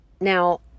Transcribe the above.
Now